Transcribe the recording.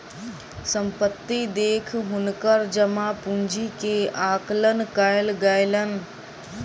संपत्ति देख हुनकर जमा पूंजी के आकलन कयल गेलैन